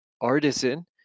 artisan